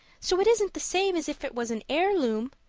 so it isn't the same as if it was an heirloom,